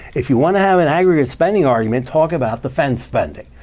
if you want to have an aggregate spending argument, talk about defense spending.